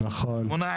18,